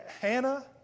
Hannah